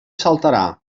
saltarà